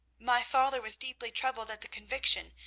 my father was deeply troubled at the conviction,